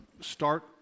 start